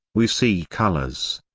we see colors.